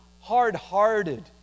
hard-hearted